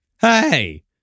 Hey